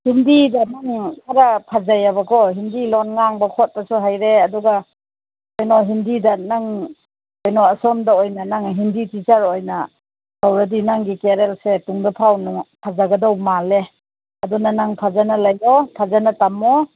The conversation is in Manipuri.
ꯍꯤꯟꯗꯤꯗ ꯅꯪꯅ ꯈꯔ ꯐꯖꯩꯑꯦꯕꯀꯣ ꯍꯤꯟꯗꯤ ꯂꯣꯟ ꯉꯥꯡꯕ ꯈꯣꯠꯄꯁꯨ ꯍꯩꯔꯦ ꯑꯗꯨꯒ ꯑꯗꯨꯅ ꯍꯤꯟꯗꯤꯗ ꯅꯪ ꯀꯩꯅꯣ ꯁꯣꯝꯗ ꯑꯣꯏꯅ ꯅꯪ ꯍꯤꯟꯗꯤ ꯇꯤꯆꯔ ꯑꯣꯏꯅ ꯇꯧꯔꯗꯤ ꯅꯪꯒꯤ ꯀꯦꯔꯤꯌꯔꯁꯦ ꯇꯨꯡꯗ ꯐꯖꯒꯗꯧ ꯃꯥꯜꯂꯦ ꯑꯗꯨꯅ ꯅꯪ ꯐꯖꯅ ꯂꯩꯌꯣ ꯐꯖꯅ ꯇꯝꯃꯣ